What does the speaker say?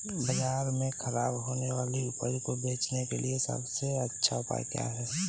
बाजार में खराब होने वाली उपज को बेचने के लिए सबसे अच्छा उपाय क्या है?